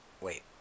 wait